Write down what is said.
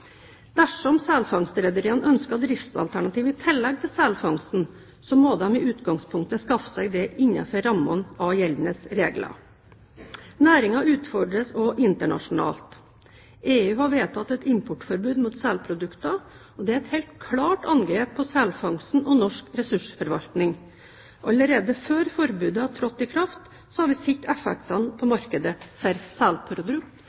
Dersom selfangstrederiene ønsker driftsalternativer i tillegg til selfangsten, må de i utgangspunktet skaffe seg det innenfor rammene av gjeldende regler. Næringen utfordres også internasjonalt. EU har vedtatt et importforbud mot selprodukter. Det er et helt klart angrep på selfangsten og norsk ressursforvaltning. Allerede før forbudet har trådt i kraft, har vi sett effektene på